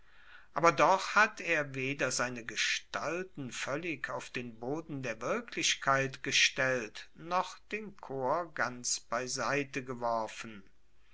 aber doch hat er weder seine gestalten voellig auf den boden der wirklichkeit gestellt noch den chor ganz beiseite geworfen